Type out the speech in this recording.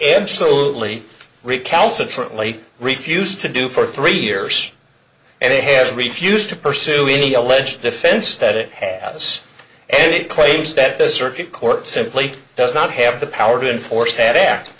absolutely recalcitrant lee refused to do for three years and it has refused to pursue any alleged defense that it had us and it claims that the circuit court simply does not have the power to enforce had